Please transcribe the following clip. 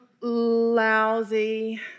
Lousy